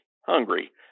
hungry